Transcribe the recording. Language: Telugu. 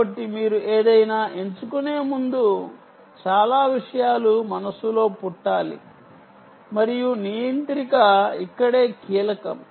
కాబట్టి మీరు ఏదైనా ఎంచుకునే ముందు చాలా విషయాలు మనస్సులో పుట్టాలి మరియు నియంత్రిక ఇక్కడే కీలకం